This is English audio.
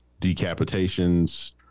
decapitations